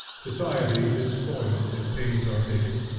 society is spoiled if pains are taken,